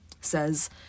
says